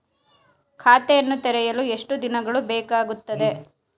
ಖಾತೆಯನ್ನು ತೆರೆಯಲು ಎಷ್ಟು ದಿನಗಳು ಬೇಕಾಗುತ್ತದೆ?